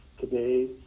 Today